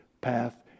path